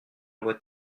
loi